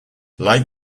like